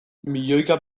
milioika